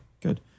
good